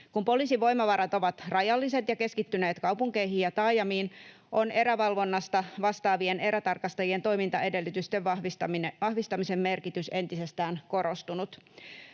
Kun poliisin voimavarat ovat rajalliset ja keskittyneet kaupunkeihin ja taajamiin, on erävalvonnasta vastaavien erätarkastajien toimintaedellytysten vahvistamisen merkitys entisestään korostunut.